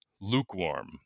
lukewarm